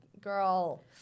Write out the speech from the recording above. girl